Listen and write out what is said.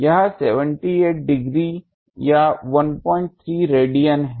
यह 78 डिग्री या 136 रेडियन है